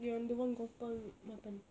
yang the one gopal makan